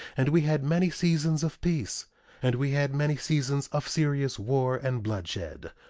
and we had many seasons of peace and we had many seasons of serious war and bloodshed.